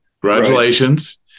Congratulations